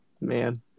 man